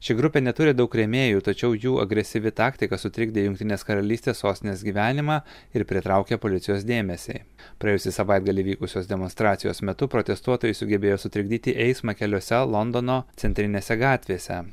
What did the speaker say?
ši grupė neturi daug rėmėjų tačiau jų agresyvi taktika sutrikdė jungtinės karalystės sostinės gyvenimą ir pritraukė policijos dėmesį praėjusį savaitgalį vykusios demonstracijos metu protestuotojai sugebėjo sutrikdyti eismą keliose londono centrinėse gatvėse